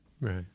Right